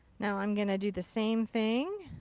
now i'm going to do the same thing.